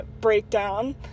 breakdown